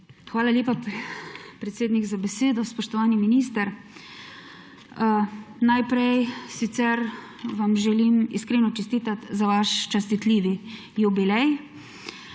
Hvala lepa, predsednik, za besedo. Spoštovani minister! Najprej vam želim iskreno čestitati za vaš častitljivi jubilej.